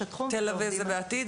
תלווה זה בעתיד.